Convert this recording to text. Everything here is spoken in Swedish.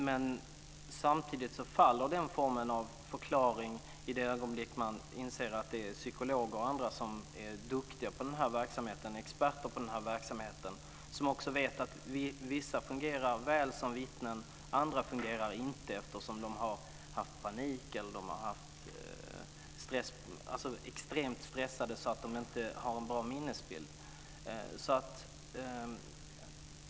Men samtidigt faller den formen av förklaring i det ögonblick man inser att psykologer och andra som är experter på den här typen av verksamheter säger att vissa fungerar väl som vittne, andra fungerar inte eftersom de fått panik eller varit så extremt stressade att de inte har en bra minnesbild.